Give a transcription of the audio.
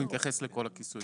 אנחנו נתייחס לכל הכיסויים.